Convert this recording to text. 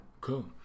cool